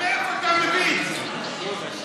מאיפה אתה, איפה?